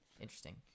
Interesting